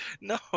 no